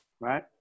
right